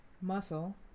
Muscle